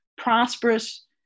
prosperous